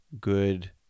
good